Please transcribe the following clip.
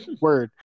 Word